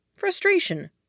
frustration